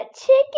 chicken